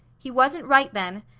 he wasn't right then,